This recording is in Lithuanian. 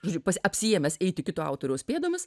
žodžiu apsiėmęs eiti kito autoriaus pėdomis